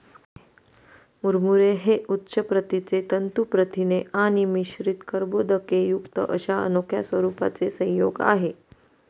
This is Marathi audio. मुरमुरे हे उच्च प्रतीचे तंतू प्रथिने आणि मिश्रित कर्बोदकेयुक्त अशा अनोख्या स्वरूपाचे संयोग आहे